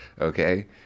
Okay